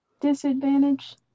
disadvantage